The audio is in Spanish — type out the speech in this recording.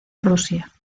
rusia